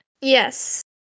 Yes